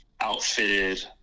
outfitted